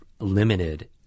limited